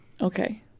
Okay